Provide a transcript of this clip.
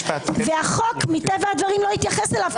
והחוק מטבע הדברים לא התייחס אליו,